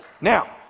Now